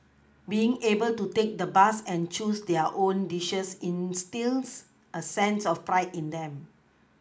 being able to take the bus and choose their own dishes instils a sense of pride in them